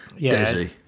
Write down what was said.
Desi